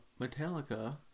Metallica